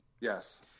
Yes